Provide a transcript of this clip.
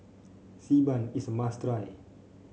Xi Ban is a must try